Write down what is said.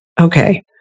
okay